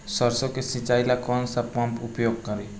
सरसो के सिंचाई ला कौन सा पंप उपयोग करी?